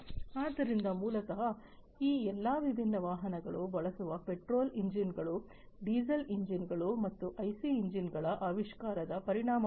ಆದ್ದರಿಂದ ಮೂಲತಃ ಈ ಎಲ್ಲಾ ವಿಭಿನ್ನ ವಾಹನಗಳು ಬಳಸುವ ಪೆಟ್ರೋಲ್ ಎಂಜಿನ್ಗಳು ಡೀಸೆಲ್ ಎಂಜಿನ್ಗಳು ಈ ಐಸಿ ಎಂಜಿನ್ಗಳ ಆವಿಷ್ಕಾರದ ಪರಿಣಾಮವಾಗಿದೆ